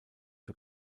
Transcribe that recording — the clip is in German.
für